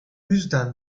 yüzden